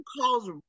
calls